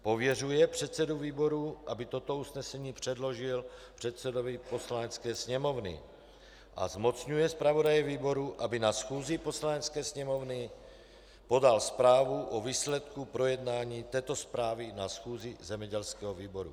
Pověřuje předsedu výboru, aby toto usnesení předložil předsedovi Poslanecké sněmovny a zmocňuje zpravodaje výboru, aby na schůzi Poslanecké sněmovny podal zprávu o výsledku projednání této zprávy na schůzi zemědělského výboru.